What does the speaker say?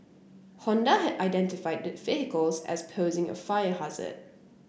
Honda had identified the vehicles as posing a fire hazard